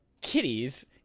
kitties